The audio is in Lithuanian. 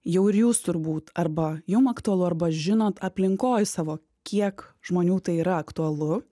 jau ir jūs turbūt arba jum aktualu arba žinot aplinkoj savo kiek žmonių tai yra aktualu